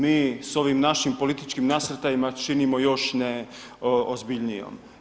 Mi s ovim našim političkim nasrtajima, činimo još ne ozbiljnijom.